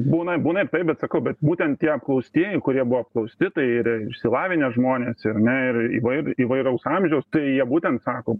būna būna ir taip bet sakau bet būtent tie apklaustieji kurie buvo apklausti tai ir išsilavinę žmonės ar ne ir įvair įvairaus amžiaus tai jie būtent sako